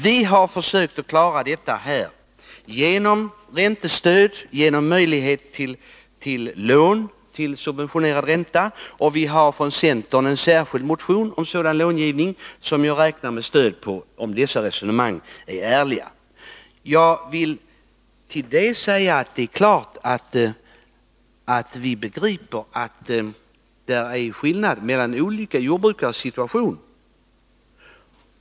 Vi har försökt klara detta genom räntestöd och genom möjlighet till lån till subventionerad ränta. Vi har från centern en särskild motion om sådan långivning, för vilken vi räknar med att få stöd, om dessa resonemang är ärliga. Jag vill till detta säga att vi begriper att det är skillnad mellan olika jordbrukares situation.